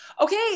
Okay